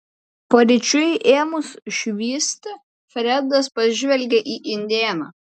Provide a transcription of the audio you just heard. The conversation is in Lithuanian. paryčiui ėmus švisti fredas pažvelgė į indėną